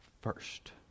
first